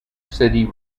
city